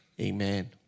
Amen